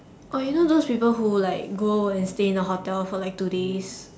oh you know those people who like go and stay in a hotel for like two days